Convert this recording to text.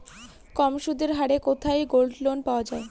কম সুদের হারে কোথায় গোল্ডলোন পাওয়া য়ায়?